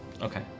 Okay